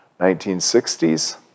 1960s